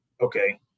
okay